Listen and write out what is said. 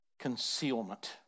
Concealment